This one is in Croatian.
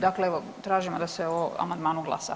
Dakle evo tražimo da se o amandmanu glasa.